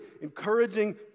encouraging